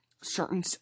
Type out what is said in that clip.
certain